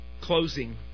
Closing